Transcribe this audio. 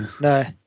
no